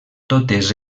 totes